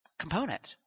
component